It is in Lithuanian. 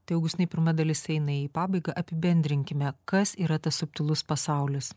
tai augustinai pirma dalis eina į pabaigą apibendrinkime kas yra tas subtilus pasaulis